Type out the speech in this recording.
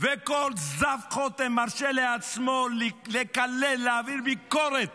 וכל זב חוטם מרשה לעצמו לקלל, להעביר ביקורת